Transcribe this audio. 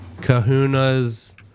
kahuna's